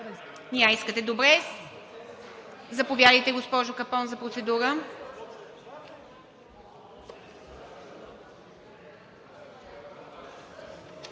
Не искате. Заповядайте, госпожо Капон, за процедура.